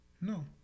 No